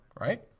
Right